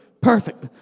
Perfect